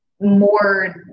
More